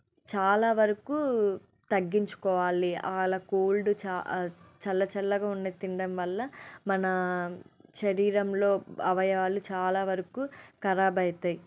చాలా వరకు తగ్గించుకోవాలి వాళ్ళ కోల్డ్ చ చల్ల చల్లగా ఉన్న తినడం వల్ల మన శరీరంలో అవయవాలు చాలా వరకు ఖరాబ్ అవుతాయి